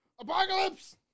Apocalypse